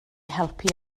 helpu